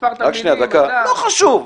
מספר התלמידים --- לא חשוב,